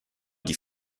die